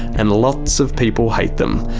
and lots of people hate them.